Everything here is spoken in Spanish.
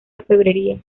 orfebrería